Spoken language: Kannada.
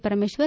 ಪರಮೇಶ್ವರ್